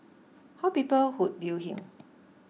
how people would view him